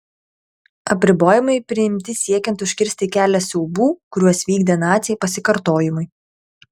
apribojimai priimti siekiant užkirsti kelią siaubų kuriuos vykdė naciai pasikartojimui